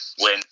win